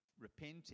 repenting